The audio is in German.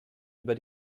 über